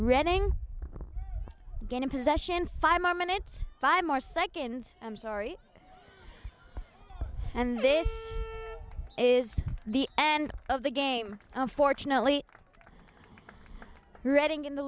reading getting possession five more minutes five more seconds i'm sorry and this is the end of the game unfortunately reading in the